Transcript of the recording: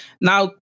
Now